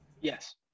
Yes